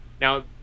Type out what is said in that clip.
now